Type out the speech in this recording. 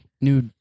new